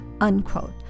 Unquote